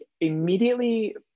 immediately